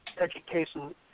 education